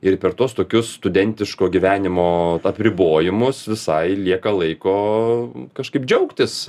ir per tuos tokius studentiško gyvenimo apribojimus visai lieka laiko kažkaip džiaugtis